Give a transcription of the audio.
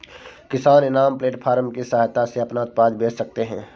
किसान इनाम प्लेटफार्म की सहायता से अपना उत्पाद बेच सकते है